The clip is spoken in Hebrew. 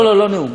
לא נאום.